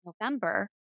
November